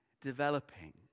developing